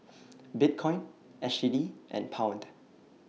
Bitcoin S G D and Pound